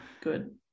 Good